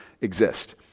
exist